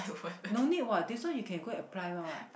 no need what this one you can go and apply one what